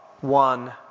one